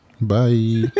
Bye